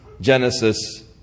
Genesis